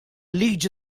liġi